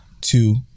Two